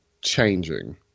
Changing